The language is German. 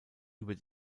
über